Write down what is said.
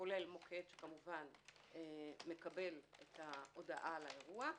כולל מוקד שכמובן מקבל את ההודעה על האירוע,